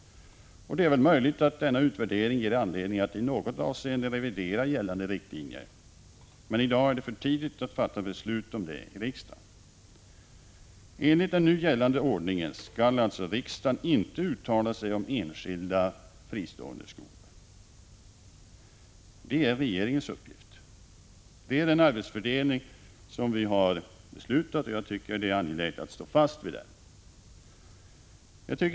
Det är väl möjligt att den ger anledning att i något avseende revidera gällande riktlinjer, men i dag är det för tidigt att fatta beslut om det i riksdagen. Enligt den nu gällande ordningen skall riksdagen inte uttala sig om enskilda fristående skolor, utan det är regeringens uppgift. Det är den arbetsfördelning som vi har beslutat, och jag tycker att det är angeläget att stå fast vid den.